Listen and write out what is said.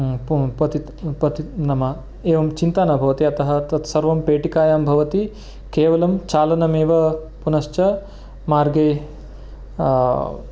प प नाम एवं चिन्ता न भवति यतः तत्सर्वं पेटिकायां भवति केवलं चालनमेव पुनश्च मार्गे